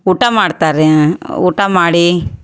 ಊಟ ಮಾಡ್ತಾರೆ ರೀ ಊಟ ಮಾಡಿ